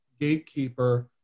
gatekeeper